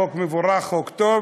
חוק מבורך, חוק טוב.